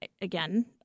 again